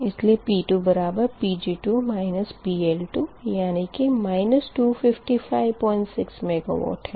इसलिए P2Pg2 PL2 यानी कि 2556 मेगावाट है